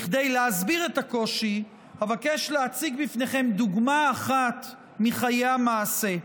כדי להסביר את הקושי אבקש להציג בפניכם דוגמה אחת מחיי המעשה.